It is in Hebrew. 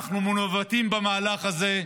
אנחנו מנֻוָּטים במהלך הזה.